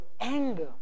anger